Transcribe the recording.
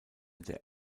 der